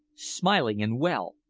smiling and well,